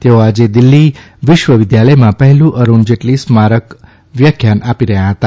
તેઓ આજે દિલ્હી વિશ્વ વિદ્યાલયમાં પહેલું અરૂણ જેટલી સ્મારક વ્યાખ્યાન આપી રહ્યા હતા